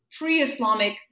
pre-Islamic